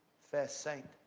fair saint,